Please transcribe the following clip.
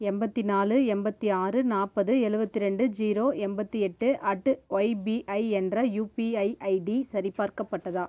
எண்பத்தி நாலு எண்பத்தி ஆறு நாற்பது எழுவத்தி ரெண்டு ஜீரோ எண்பத்தி எட்டு அட்டு ஒய்பிஐ என்ற யுபிஐ ஐடி சரி பார்க்கப்பட்டதா